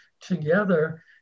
together